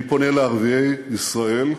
אני פונה לערביי ישראל,